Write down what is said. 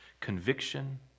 conviction